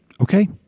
Okay